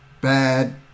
bad